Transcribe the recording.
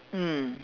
mm